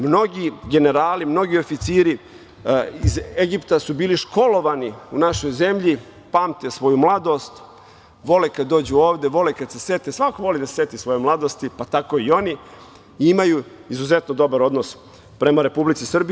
Mnogi generalni i mnogi oficiri iz Egipta su bili školovani u našoj zemlji, pamte svoju mladost, vole kada dođu ovde, vole kada se sete, svako voli da se seti svoje mladosti pa tako i oni, i imaju izuzetno dobar odnos prema Republici Srbiji.